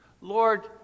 Lord